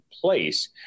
place